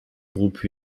groupe